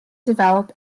develop